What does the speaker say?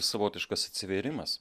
savotiškas atsivėrimas